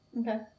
Okay